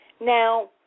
Now